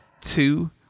two